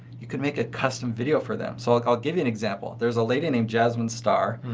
you could make a custom video for them. so, like i'll give you an example. there's a lady named jasmine star.